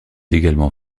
également